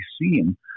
seen